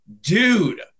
dude